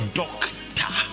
doctor